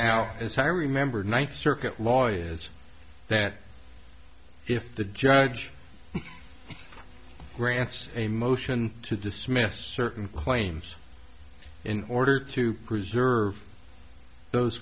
as i remember ninth circuit law is that if the judge grants a motion to dismiss certain claims in order to preserve those